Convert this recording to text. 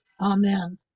Amen